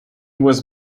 was